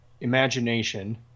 imagination